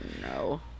no